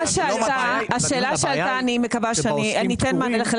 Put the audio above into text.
אני מקווה שאני אתן מענה לחלק